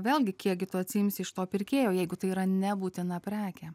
vėlgi kiekgi tu atsiimsi iš to pirkėjo jeigu tai yra nebūtina prekė